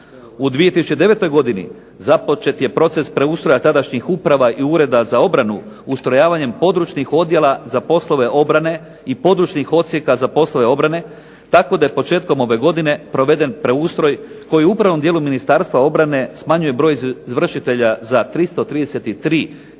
U 2009. godini započet je proces preustroja tadašnjih uprava i ureda za obranu, ustrojavanje područnih odjela za poslove obrane i područnih odsjeka za poslove obrane, tako da je početkom ove godine proveden preustroj koji u upravnom dijelu Ministarstva obrane smanjuje broj izvršitelja za 333,